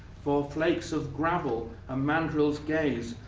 for flakes of gravel, a mandrel's gaze,